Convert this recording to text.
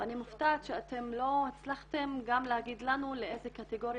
ואני מופתעת שלא הצלחתם להגיד לנו לאיזו קטגוריה